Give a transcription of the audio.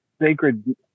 sacred